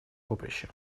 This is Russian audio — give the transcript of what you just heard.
поприще